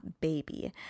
baby